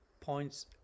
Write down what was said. points